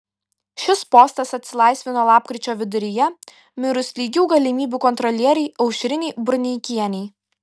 šis postas atsilaisvino lapkričio viduryje mirus lygių galimybių kontrolierei aušrinei burneikienei